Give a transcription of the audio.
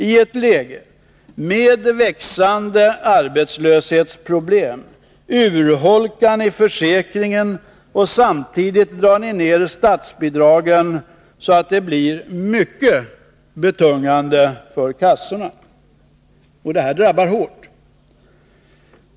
I ett läge med växande arbetslöshetsproblem urholkar ni försäkringen. Och samtidigt drar ni ned statsbidragen så att det blev mycket betungande för kassorna. Och detta drabbar hårt.